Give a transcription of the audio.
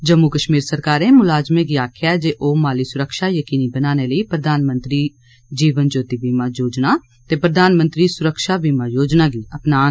जम्मू कश्मीर सरकारै म्लाज़में गी आखेआ ऐ जे ओह् माली स्रक्षा यकीनी बनाने लेई प्रधानमंत्री जीवन ज्योति बीमा योजना ते प्रधान मंत्री स्रक्षा बीमा योजना गी अपनान